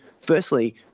firstly